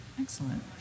Excellent